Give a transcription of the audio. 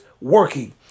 working